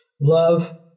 Love